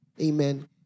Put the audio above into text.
Amen